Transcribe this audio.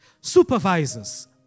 supervisors